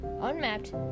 unmapped